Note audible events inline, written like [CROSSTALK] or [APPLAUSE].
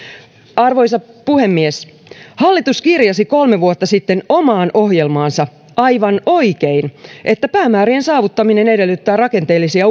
arvoisa puhemies hallitus kirjasi kolme vuotta sitten omaan ohjelmaansa aivan oikein että päämäärien saavuttaminen edellyttää rakenteellisia [UNINTELLIGIBLE]